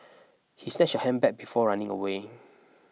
he snatched her handbag before running away